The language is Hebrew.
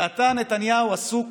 ואתה, נתניהו, עסוק